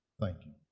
thank you.